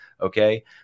Okay